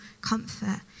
comfort